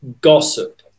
gossip